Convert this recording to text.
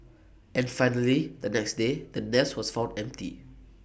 and finally the next day the nest was found empty